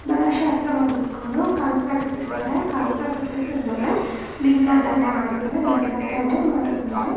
ಶಾಸ್ತ್ರ ಮುಗಿಸ್ಕೊಂಡು ಕಂಕಣ ಕಟ್ಟಿಸ್ತಾರೆ ಕಂಕಣ ಕಟ್ಟಿಸಾದ್ಮೇಲೆ ಲಿಂಗಧಾರಣೆ ಮಾಡ್ತಾರೆ ಲಿಂಗಧಾರಣೆ ಮಾಡಾದ್ಮೇಲೆ